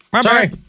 sorry